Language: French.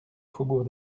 faubourg